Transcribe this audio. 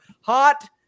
Hot